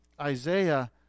Isaiah